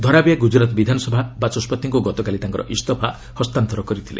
ଧରାବିୟା ଗୁଜରାତ୍ ବିଧାନସଭା ବାଚସ୍କତିଙ୍କୁ ଗତକାଲି ତାଙ୍କର ଇସ୍ତଫା ହସ୍ତାନ୍ତର କରିଥିଲେ